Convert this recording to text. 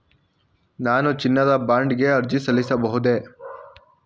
ನಾನು ಚಿನ್ನದ ಬಾಂಡ್ ಗೆ ಅರ್ಜಿ ಸಲ್ಲಿಸಬಹುದೇ?